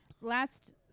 last